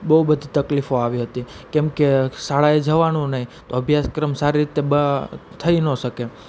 બહુ બધી તકલીફો આવી હતી કેમ કે શાળાએ જવાનું નહીં તો અભ્યાસક્રમ સારી રીતે થઈ નો શકે